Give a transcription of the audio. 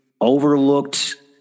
overlooked